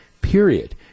period